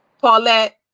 Paulette